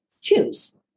choose